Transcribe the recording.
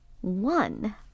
One